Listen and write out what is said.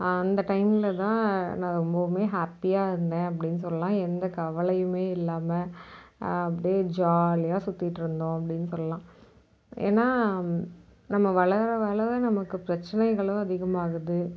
அந்த டைமில் தான் நான் ரொம்பவுமே ஹேப்பியாக இருந்தேன் அப்படின்னு சொல்லலாம் எந்த கவலையுமே இல்லாமல் அப்படியே ஜாலியாக சுற்றிட்டு இருந்தோம் அப்படின்னு சொல்லலாம் ஏன்னால் நம்ம வளர வளர நமக்கு பிரச்சினைகளும் அதிகமாகுது